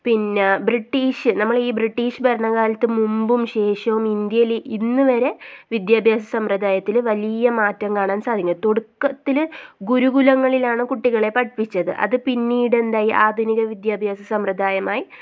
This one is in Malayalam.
പിന്നെ ബ്രിട്ടീഷ് നമ്മൾ ഈ ബ്രിട്ടീഷ് ഭരണകാലത്ത് മുമ്പും ശേഷവും ഇന്ത്യയിൽ ഇന്ന് വരെ വിദ്യാഭ്യാസ സമ്പ്രദായത്തിൽ വലിയ മാറ്റം കാണാൻ സാധിക്കും തുടക്കത്തിൽ ഗുരുകുലങ്ങളിലാണ് കുട്ടികളെ പഠിപ്പിച്ചത് അത് പിന്നീട് എന്തായി ആധുനിക വിദ്യാഭ്യാസ സമ്പ്രദായമായി